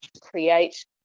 create